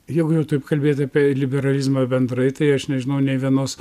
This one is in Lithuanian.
jeigu jau taip kalbėti apie liberalizmą bendrai tai aš nežinau nė vienos